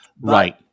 right